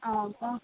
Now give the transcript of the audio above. ಹೌದಾ